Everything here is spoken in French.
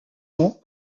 ans